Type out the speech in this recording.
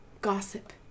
gossip